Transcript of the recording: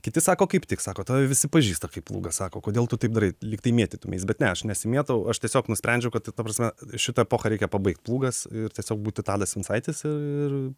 kiti sako kaip tik sako tave visi pažįsta kaip plūgą sako kodėl tu taip darai lygtai mėtytumeis bet ne aš nesimėtau aš tiesiog nusprendžiau kad ta prasme šita epochą reikia pabaigt plūgas ir tiesiog būti tadas vincaitis ir